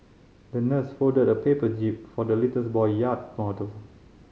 the nurse folded a paper jib for the little boy yacht model